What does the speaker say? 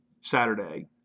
Saturday